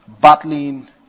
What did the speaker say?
battling